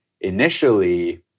initially